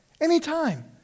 anytime